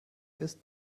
ist